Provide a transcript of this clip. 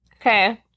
okay